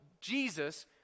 Jesus